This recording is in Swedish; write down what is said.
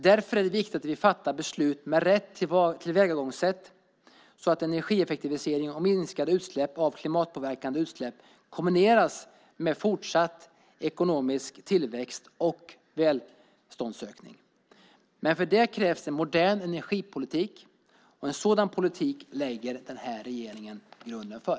Därför är det viktigt att vi fattar beslut med rätt tillvägagångssätt så att energieffektivisering och minskade klimatpåverkande utsläpp kombineras med fortsatt ekonomisk tillväxt och välståndsökning. För det krävs det modern energipolitik. En sådan politik lägger den här regeringen grunden för.